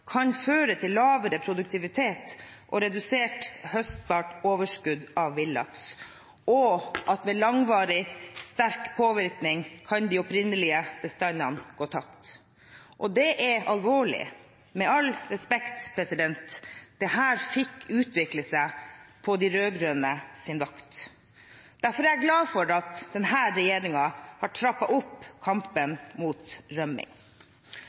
kan føre til lavere produktivitet og redusert høstbart overskudd av villaks, og at de opprinnelige bestandene kan gå tapt ved langvarig og sterk påvirkning. Det er alvorlig. Med all respekt: Dette fikk utvikle seg på de rød-grønnes vakt. Derfor er jeg glad for at denne regjeringen har trappet opp kampen mot rømming.